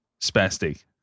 Spastic